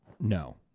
no